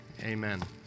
amen